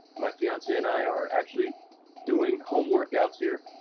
my fiance and i are actually doing home workouts here.